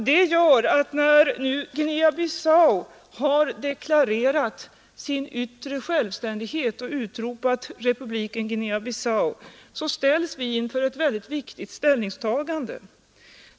Det gör att när nu Guinea-Bissau har deklarerat sin yttre självständighet och utropat landet som republik, så står vi inför ett viktigt ställningstagande.